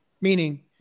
meaning